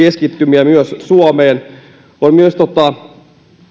tapaisia keskittymiä myös suomeen on myös